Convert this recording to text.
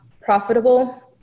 profitable